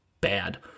bad